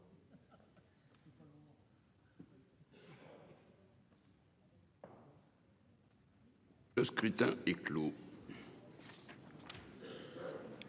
Le scrutin est clos.